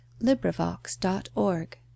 LibriVox.org